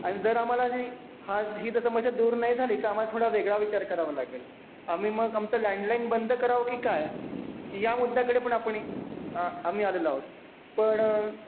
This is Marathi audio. आणि जर आम्हाला जी हा ही जर समस्या दूर नाही झाली तर आम्हाला थोडा वेगळा विचार करावा लागेल आम्ही मग आमचं लँडलाईन बंद करावं की काय या मुद्द्याकडे पण आपण आम्ही आलेलो आहोत पण